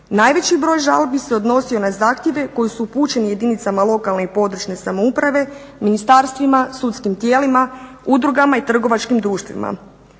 Najveći broj žalbi se odnosio na zahtjeve koji su upućeni jedinicama lokalne i područne samouprave, ministarstvima, sudskim tijelima, udrugama i trgovačkim društvima.